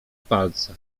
palce